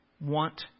want